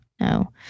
No